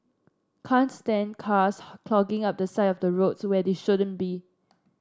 can't stand cars clogging up the side of the roads where they shouldn't be